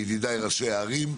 מידידיי ראשי הערים,